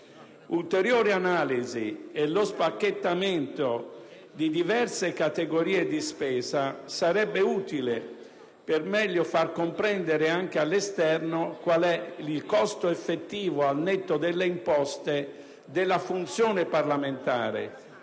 Ulteriori analisi e lo spacchettamento di diverse categorie di spesa sarebbero utili per meglio far comprendere anche all'esterno qual è il costo effettivo al netto delle imposte della funzione parlamentare,